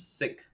sick